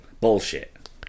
Bullshit